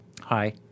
Hi